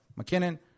McKinnon